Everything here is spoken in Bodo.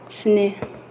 स्नि